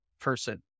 person